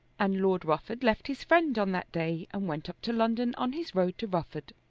and lord rufford left his friend on that day and went up to london on his road to rufford.